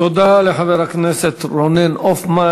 תודה לחבר הכנסת רונן הופמן.